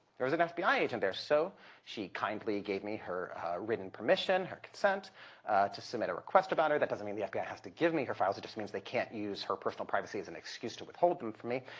there was an fbi agent there. so she kindly gave me her written permission her consent to submit a request about her. that doesn't mean the fbi has to give me her files, it just means they can't use her personal privacy as an excuse to withhold them from me.